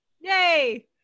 Yay